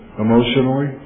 Emotionally